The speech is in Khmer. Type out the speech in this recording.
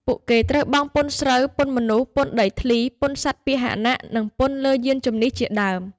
ពួកគេត្រូវបង់ពន្ធស្រូវ ពន្ធមនុស្ស ពន្ធដីធ្លី ពន្ធសត្វពាហនៈ និងពន្ធលើយានជំនិះជាដើម។